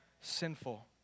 sinful